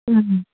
ಹ್ಞೂ ಹ್ಞೂ